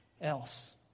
else